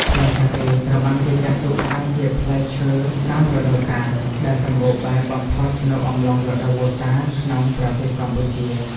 ផ្លែសាកេត្រូវបានគេចាត់ទុកថាជាផ្លែឈើតាមរដូវកាល ដែលសម្បូរបែបបំផុតនៅអំឡុងរដូវវស្សាក្នុងប្រទេសកម្ពុជា។